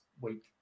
week